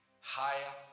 higher